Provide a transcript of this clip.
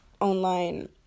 online